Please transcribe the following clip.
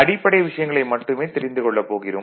அடிப்படை விஷயங்களை மட்டுமே தெரிந்து கொள்ளப் போகிறோம்